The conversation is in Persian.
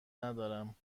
ندارم